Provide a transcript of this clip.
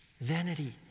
vanity